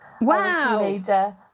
Wow